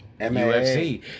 UFC